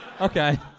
Okay